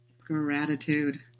Gratitude